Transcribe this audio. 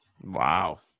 Wow